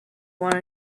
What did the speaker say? wanna